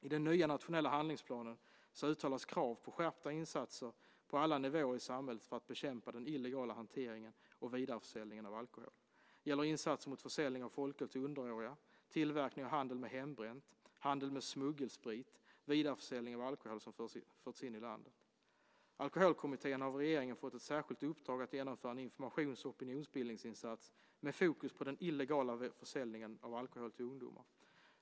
I den nya nationella handlingsplanen uttalas krav på skärpta insatser på alla nivåer i samhället för att bekämpa den illegala hanteringen och vidareförsäljningen av alkohol. Det gäller insatser mot försäljning av folköl till underåriga, tillverkning och handel med hembränt, handel med smuggelsprit och vidareförsäljning av alkohol som förts in i landet. Alkoholkommittén har av regeringen fått ett särskilt uppdrag att genomföra en informations och opinionsbildningsinsats med fokus på den illegala försäljningen av alkohol till ungdomar.